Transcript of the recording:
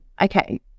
Okay